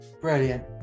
brilliant